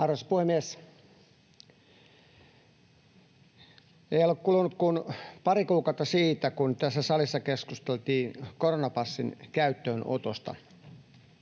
Arvoisa puhemies! Ei ole kulunut kuin pari kuukautta siitä, kun tässä salissa keskusteltiin koronapassin käyttöönotosta.